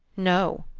no.